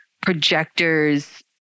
projectors